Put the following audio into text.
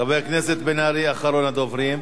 חבר הכנסת בן-ארי, אחרון הדוברים.